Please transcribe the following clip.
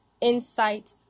insight